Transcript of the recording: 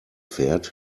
fährt